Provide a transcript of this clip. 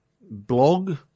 blog